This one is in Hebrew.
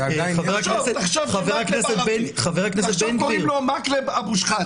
תחשוב קוראים לו מקלב אבו שחאדה.